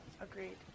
Agreed